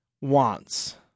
wants